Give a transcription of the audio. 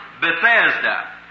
Bethesda